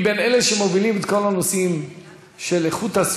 היא בין אלה שמובילים את כל הנושאים של הסביבה,